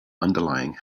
underlying